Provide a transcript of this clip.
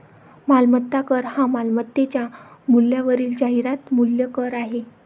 मालमत्ता कर हा मालमत्तेच्या मूल्यावरील जाहिरात मूल्य कर आहे